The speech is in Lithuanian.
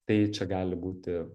tai čia gali būti